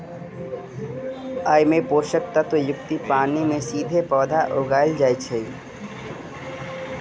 अय मे पोषक तत्व युक्त पानि मे सीधे पौधा उगाएल जाइ छै